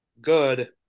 good